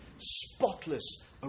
spotless